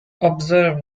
observe